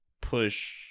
push